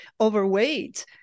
overweight